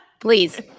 please